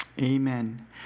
Amen